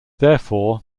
therefore